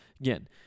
again